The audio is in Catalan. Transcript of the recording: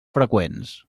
freqüents